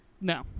no